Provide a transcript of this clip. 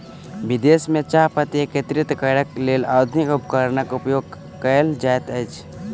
विदेश में चाह पत्ती एकत्रित करैक लेल आधुनिक उपकरणक उपयोग कयल जाइत अछि